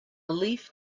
leaf